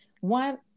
one